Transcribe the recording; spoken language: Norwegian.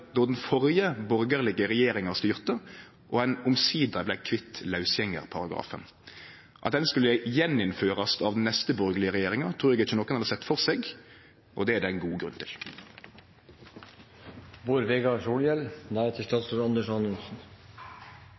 då den førre borgarlege regjeringa styrte, og ein omsider vart kvitt lausgjengarparagrafen. At den skulle innførast igjen av den neste borgarlege regjeringa, trur eg ikkje nokon hadde sett føre seg, og det er det ein god grunn til.